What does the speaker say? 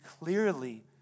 clearly